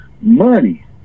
money